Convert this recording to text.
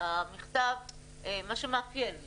מה שמאפיין לצערי.